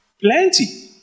Plenty